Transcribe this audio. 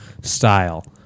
style